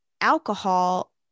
alcohol